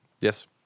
Yes